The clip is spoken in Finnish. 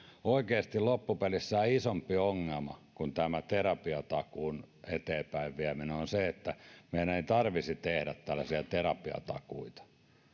oikeasti loppupelissä isompi ongelma kuin tämä terapiatakuun eteenpäinvieminen on on se että meidän ei tarvitsisi tehdä tällaisia terapiatakuita